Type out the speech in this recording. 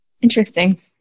Interesting